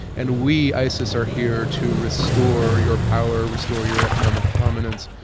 and we, isis are here to restore your power, restore your economic prominence,